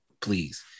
please